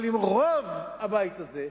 אבל על רוב הבית הזה,